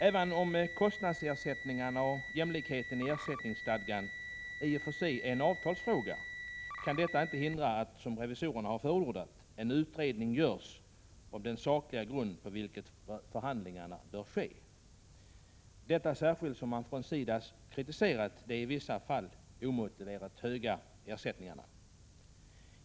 Även om kostnadsersättningarna och jämlikheten i ersättningsgraden i och för sig är en avtalsfråga, kan detta inte hindra att, såsom revisorerna har förordat, en utredning görs om den sakliga grund på vilken förhandlingarna bör ske, detta särskilt som man från SIDA kritiserat de i vissa fall omotiverat höga ersättningarna.